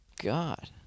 God